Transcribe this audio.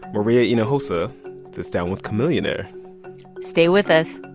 maria hinojosa sits down with chamillionaire stay with us